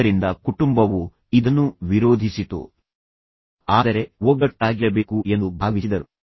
ಆದ್ದರಿಂದ ಕುಟುಂಬವು ಇದನ್ನು ವಿರೋಧಿಸಿತು ಆದರೆ ಅವರು ಒಗ್ಗಟ್ಟಾಗಿರಬೇಕು ಎಂದು ಅವರು ಭಾವಿಸಿದರು